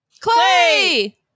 Clay